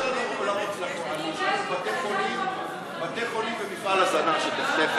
אני שואל על בתי-חולים ומפעל הזנה שתחתיך,